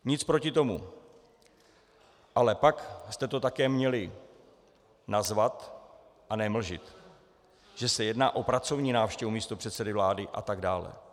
Nic proti tomu, ale tak jste to také měli nazvat a ne mlžit, že se jedná o pracovní návštěvu místopředsedy vlády atd.